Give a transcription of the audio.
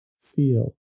feel